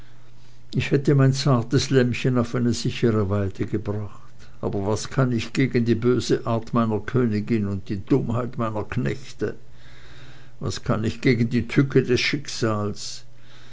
ich hätte mein zartes lämmchen auf eine sichere weide gebracht aber was kann ich gegen die böse art meiner königin und die dummheit meiner knechte was kann ich gegen die tücke des schicksals